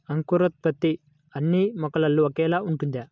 అంకురోత్పత్తి అన్నీ మొక్కల్లో ఒకేలా ఉంటుందా?